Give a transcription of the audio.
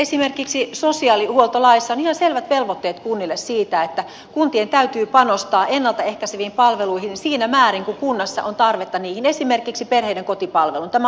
esimerkiksi sosiaalihuoltolaissa on kunnille ihan selvät velvoitteet siitä että kuntien täytyy panostaa ennalta ehkäiseviin palveluihin siinä määrin kuin kunnassa on tarvetta niihin esimerkiksi perheiden kotipalveluun tämä on hyvä esimerkki